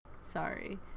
sorry